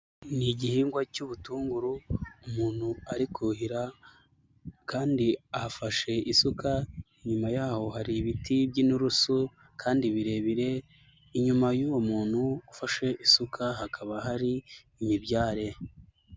Ni igihingwa cy'ubutunguru umuntu ari kuhira kandi afashe isuka, inyuma yaho hari ibiti by'inusu kandi birebire, inyuma y'uwo muntu ufashe isuka hakaba hari imibyare.